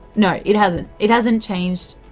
no, it hasn't, it hasn't changed